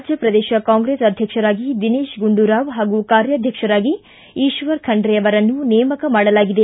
ರಾಜ್ಯ ಪ್ರದೇಶ ಕಾಂಗ್ರೆಸ್ ಅಧ್ಯಕ್ಷರಾಗಿ ದಿನೇಶ್ ಗುಂಡೂರಾವ್ ಪಾಗೂ ಕಾರ್ಯಾಧ್ಯಕ್ಷರಾಗಿ ಈಶ್ವರ ಖಂಡ್ರೆ ಅವರನ್ನು ನೇಮಕ ಮಾಡಲಾಗಿದೆ